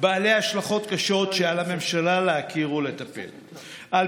עם השלכות קשות שעל הממשלה להכיר ולטפל בהם.